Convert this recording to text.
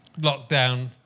lockdown